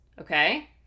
okay